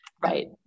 right